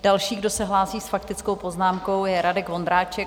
Další, kdo se hlásí s faktickou poznámkou, je Radek Vondráček.